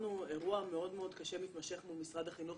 עברנו אירוע קשה ומתמשך במשרד החינוך